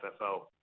FFO